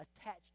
attached